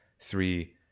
Three